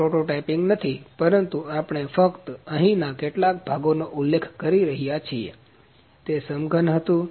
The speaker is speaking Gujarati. આ પ્રોટોટાઇપિંગ નથી પરંતુ આપણે ફક્ત અહીંના કેટલા ભાગોનો ઉલ્લેખ કરી રહ્યા છીએ તે સમઘન હતું